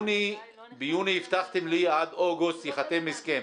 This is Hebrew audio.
ביוני הבטחתם לי שעד אוגוסט ייחתם הסכם.